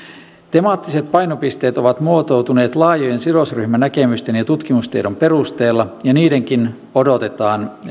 temaattiset painopisteet ovat muotoutuneet laajojen sidosryhmänäkemysten ja tutkimustiedon perusteella ja niidenkin odotetaan